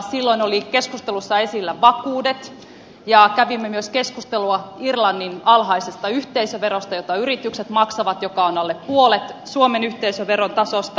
silloin oli keskustelussa esillä vakuudet ja kävimme myös keskustelua irlannin alhaisesta yhteisöverosta jota yritykset maksavat ja joka on alle puolet suomen yhteisöverotasosta